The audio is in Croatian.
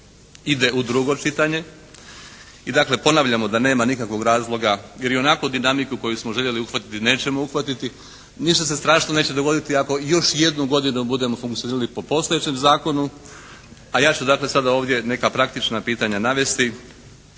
ide u drugo čitanje. I dakle ponavljamo da nema nikakvog razloga jer ionako dinamiku koju smo željeli uhvatiti nećemo uhvatiti. Ništa se strašno neće dogoditi ako još jednu godinu budemo funkcionirali po postojećem zakonu, a ja ću dakle sada ovdje neka praktična pitanja navesti